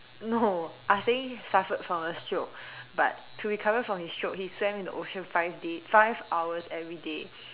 no ah Seng suffered from a stroke but to recover from his stroke he swam in the ocean five days five hours everyday